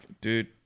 dude